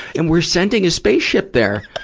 and we're sending a spaceship there.